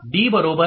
D T